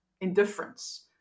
indifference